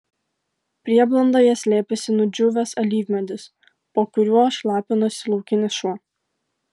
prieblandoje slėpėsi nudžiūvęs alyvmedis po kuriuo šlapinosi laukinis šuo